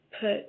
put